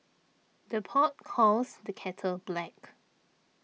the pot calls the kettle black